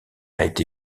été